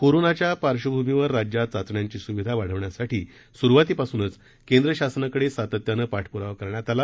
कोरानाच्या पार्श्वभूमीवर राज्यात चाचण्यांची सुविधा वाढवण्यासाठी सुरूवातीपासूनच केंद्र शासनाकडे सातत्यानं पाठप्रावा करण्यात आला